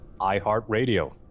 iHeartRadio